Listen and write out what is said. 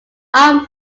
arm